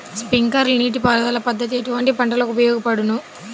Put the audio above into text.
Sprinkler నీటిపారుదల పద్దతి ఎటువంటి పంటలకు ఉపయోగపడును?